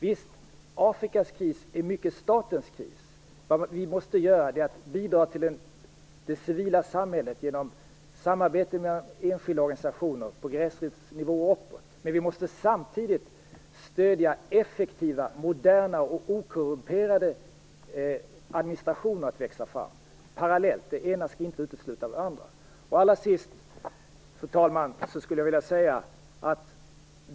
Visst Afrikas kris är mycket statens kris. Vad vi måste göra är bidra till det civila samhället genom samarbete mellan enskilda organisationer, på gräsrotsnivå och uppåt. Samtidigt måste vi stödja effektiva, moderna och okorrumperade administrationer, så att de kan växa fram parallellt. Det ena skall inte utesluta det andra. Fru talman!